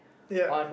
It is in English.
ya